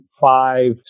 five